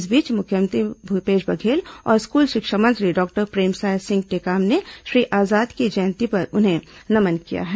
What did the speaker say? इस बीच मुख्यमंत्री भूपेश बघेल और स्कूल शिक्षा मंत्री डॉक्टर प्रेमसाय सिंह टेकाम ने श्री आजाद की जयंती पर उन्हें नमन किया है